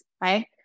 right